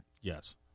Yes